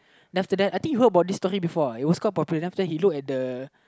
then after that I think you heard about this story before lah it was quite popular then after that he look at the